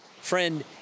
Friend